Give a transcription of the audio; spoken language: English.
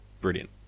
brilliant